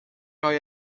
roi